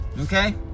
okay